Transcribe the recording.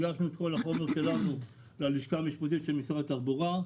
הגשנו את כל החומר שלנו ללשכה המשפטית של משרד התחבורה.